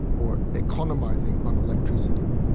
or economising on electricity.